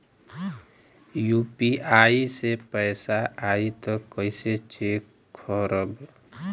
UPI से पैसा आई त कइसे चेक खरब?